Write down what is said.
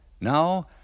Now